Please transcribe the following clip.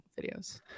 videos